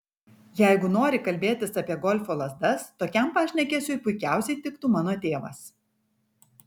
jeigu nori kalbėtis apie golfo lazdas tokiam pašnekesiui puikiausiai tiktų mano tėvas